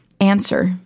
answer